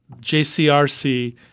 JCRC